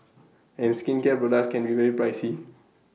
and skincare products can be very pricey